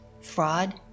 fraud